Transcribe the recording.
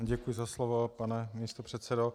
Děkuji za slovo, pane místopředsedo.